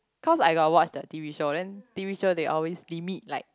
cause I got watch the t_v show then t_v show they always limit like